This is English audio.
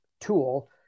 tool